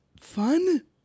fun